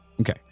Okay